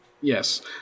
Yes